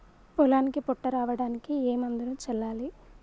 పొలానికి పొట్ట రావడానికి ఏ మందును చల్లాలి?